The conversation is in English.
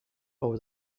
over